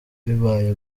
bibaye